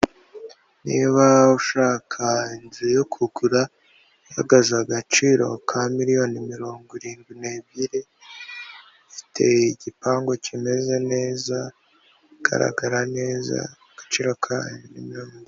Niba ushaka inzu yo kugura ihagaze agaciro ka miriyoni mirongo irindwi n'ebyiri, ifite igipangu kimeze neza, igaragara neza, agaciro kayo ni mi...